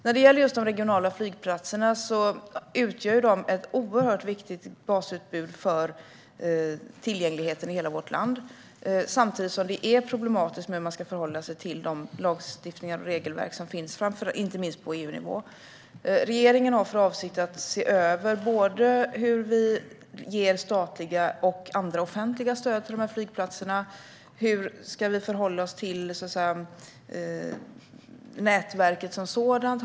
När det gäller de regionala flygplatserna utgör dessa ett oerhört viktigt basutbud för tillgängligheten i hela vårt land, samtidigt som det är problematiskt hur man ska förhålla sig till de lagstiftningar och regelverk som finns, inte minst på EU-nivå. Regeringen har för avsikt att se över både hur vi ger statliga och andra offentliga stöd till flygplatserna och hur vi ska förhålla oss till nätverket som sådant.